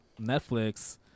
netflix